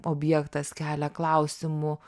objektas kelia klausimų